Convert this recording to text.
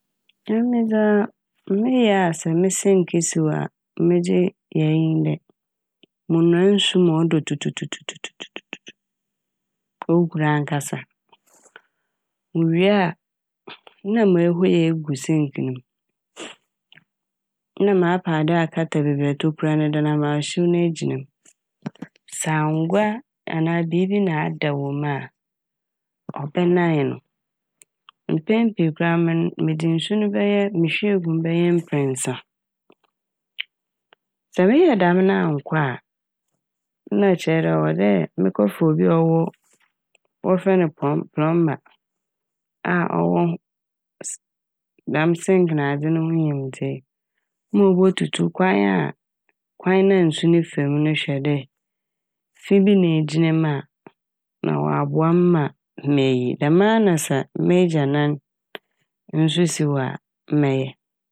Emi dza meyɛ a sɛ me "sink" siw a medze yɛ eyi nye dɛ monoa nsu ma ɔdɔ tutututututu, ohur ankasa a. Mewie na mehuei egu "sink" ne m'. Na mapɛ ade akata beebi a tokura no wɔ no ama hyew no egyina m'. Sɛ angoa anaa biibi na ada wɔ mu a ɔbɛnan no. Mpɛn pii no mo- mede nsu bɛyɛɛ, mohuei gu mu mprɛsa. Sɛ meyɛ dɛm na annkɔ a na kyerɛ dɛ ɔwɔ dɛ mekɔ fa obi a ɔwɔ- wɔfrɛ no "plum" - "plumber" a ɔwɔ s- dɛm "sink" nadze no ho nyimdzee ma obotutu kwan a, kwan na nsu ne famu no hwɛ dɛ fi bi na egyina m' a na ɔaboa m' ma meyi. Dɛmara na sɛ m'egyanan nso siw a mɛyɛ.